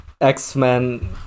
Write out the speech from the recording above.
X-Men